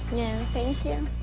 yeah, thank you.